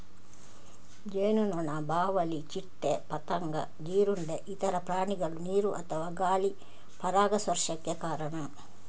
ಜೇನುನೊಣ, ಬಾವಲಿ, ಚಿಟ್ಟೆ, ಪತಂಗ, ಜೀರುಂಡೆ, ಇತರ ಪ್ರಾಣಿಗಳು ನೀರು ಅಥವಾ ಗಾಳಿ ಪರಾಗಸ್ಪರ್ಶಕ್ಕೆ ಕಾರಣ